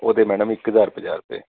ਉਹਦੇ ਮੈਡਮ ਇੱਕ ਹਜ਼ਾਰ ਪੰਜਾਹ ਰੁਪਏ